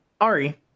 Ari